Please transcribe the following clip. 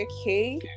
Okay